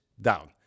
down